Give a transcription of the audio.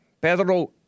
Pedro